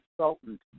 consultant